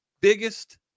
biggest